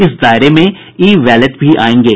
इस दायरे में ई वैलेट भी आयेंगे